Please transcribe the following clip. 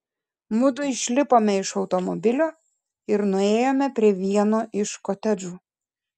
mudu išlipome iš automobilio ir nuėjome prie vieno iš kotedžų